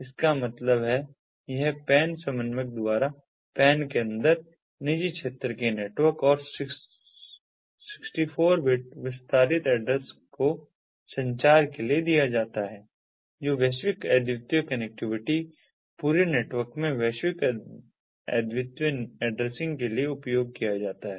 इसका मतलब है यह PAN समन्वयक द्वारा PAN के अंदर निजी क्षेत्र के नेटवर्क और 64 बिट विस्तारित एड्रेस को संचार के लिए दिया जाता है जो वैश्विक अद्वितीय कनेक्टिविटी पूरे नेटवर्क में वैश्विक अद्वितीय एड्रेसिंग के लिए उपयोग किया जाता है